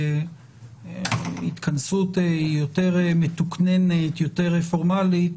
התכנסות יותר מתוקננת ויותר פורמלית,